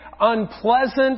unpleasant